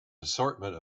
assortment